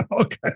Okay